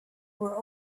were